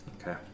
Okay